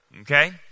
Okay